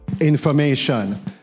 information